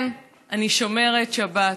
כן, אני שומרת שבת.